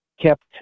kept